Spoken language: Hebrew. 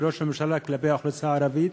של ראש הממשלה כלפי האוכלוסייה הערבית,